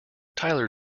tyler